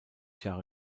jahre